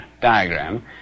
diagram